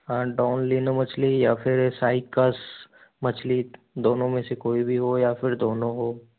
हाँ डोनलिनो मछली या फ़िर साइकस मछली दोनों में से कोई भी हो या फ़िर दोनों हो